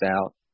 out